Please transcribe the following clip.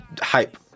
Hype